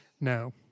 No